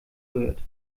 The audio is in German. gehört